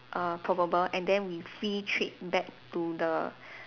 err probable and then we free trade back to the